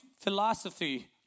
philosophy